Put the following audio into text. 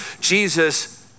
Jesus